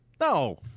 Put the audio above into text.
No